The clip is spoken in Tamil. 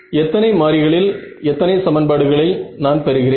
எத்தனை மாறிகளில் எத்தனை சமன்பாடுகளை நான் பெறுகிறேன்